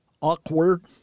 Awkward